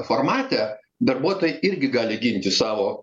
formate darbuotojai irgi gali ginti savo